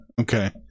Okay